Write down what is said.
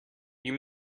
you